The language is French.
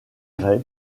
gray